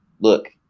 look